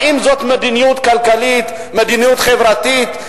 האם זאת מדיניות כלכלית, מדיניות חברתית?